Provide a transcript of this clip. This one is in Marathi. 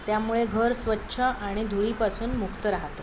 त्यामुळे घर स्वच्छ आणि धुळीपासून मुक्त राहत